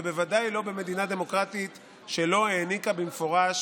ובוודאי לא במדינה דמוקרטית שלא העניקה במפורש